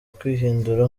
kwihindura